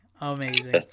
amazing